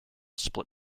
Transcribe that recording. split